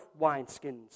wineskins